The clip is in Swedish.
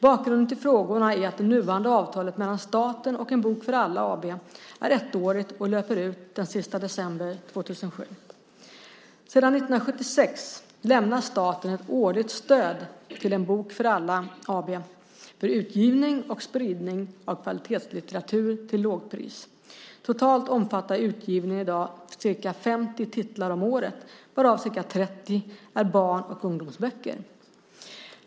Bakgrunden till frågorna är att det nuvarande avtalet mellan staten och En bok för alla AB är ettårigt och löper ut den 31 december 2007. Sedan 1976 lämnar staten ett årligt stöd till En bok för alla AB för utgivning och spridning av kvalitetslitteratur till lågpris. Totalt omfattar utgivningen i dag ca 50 titlar om året, varav ca 30 är barn och ungdomsböcker.